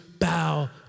bow